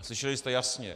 Slyšeli jste jasně.